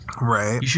Right